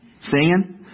singing